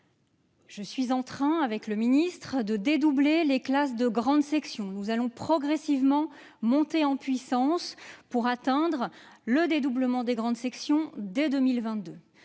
Je suis en train, avec le ministre, de dédoubler les classes de grande section. Nous allons progressivement monter en puissance pour atteindre cet objectif dès 2022.